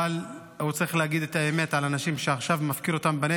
אבל הוא צריך להגיד את האמת על האנשים שעכשיו הוא מפקיר אותם בנגב,